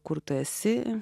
kur tu esi